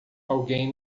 alguém